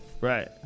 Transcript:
right